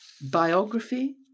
Biography